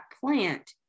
plant